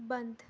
बंद